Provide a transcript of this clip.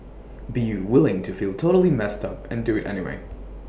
be willing to feel totally messed up and do IT anyway